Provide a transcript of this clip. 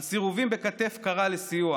על סירובים וכתף קרה לסיוע